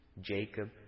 Jacob